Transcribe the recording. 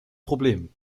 problem